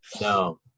No